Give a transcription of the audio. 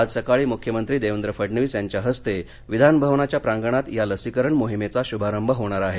आज सकाळी मुख्यमंत्री देवेंद्र फडणवीस यांच्या हस्ते विधानभवनाच्या प्रांगणात या लसीकरण मोहिमेचा शुभारंभ होणार आहे